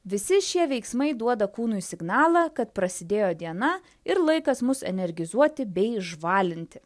visi šie veiksmai duoda kūnui signalą kad prasidėjo diena ir laikas mus energizuoti bei žvalinti